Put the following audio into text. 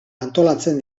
antolatzen